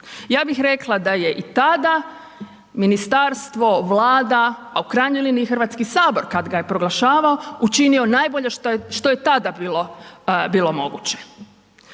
Ja bih rekla da je i tada ministarstvo, Vlada, a u krajnjoj liniji Hrvatski sabor kad ga je proglašavao učinio najbolje što je tada bilo moguće.